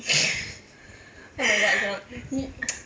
oh my god I cannot